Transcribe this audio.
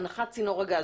הנחת צינור הגז.